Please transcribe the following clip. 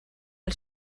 els